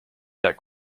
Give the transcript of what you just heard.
that